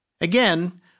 Again